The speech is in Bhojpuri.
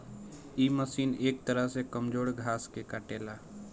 इ मशीन एक तरह से कमजोर घास के काटेला